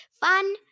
Fun